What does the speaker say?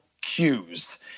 cues